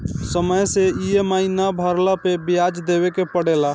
समय से इ.एम.आई ना भरला पअ बियाज देवे के पड़ेला